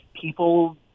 people